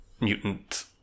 mutant